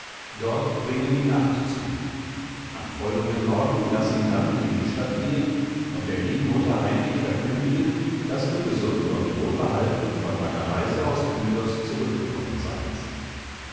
dort bringe die nacht zu am folgenden morgen laß ihn dann in die stadt gehen und der lieben mutter heimlich verkündigen daß du gesund und wohlbehalten von deiner reise aus pylos zurückgekommen seiest